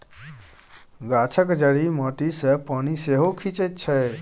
गाछक जड़ि माटी सँ पानि सेहो खीचई छै